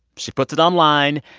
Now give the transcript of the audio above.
she puts it online.